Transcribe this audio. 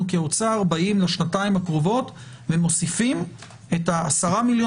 כאוצר באים בשנתיים הקרובות ומוסיפים את ה-10,